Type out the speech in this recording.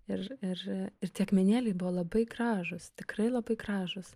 ir ir ir tie akmenėliai buvo labai gražūs tikrai labai gražūs